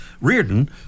Reardon